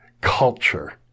culture